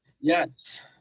Yes